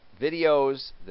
videos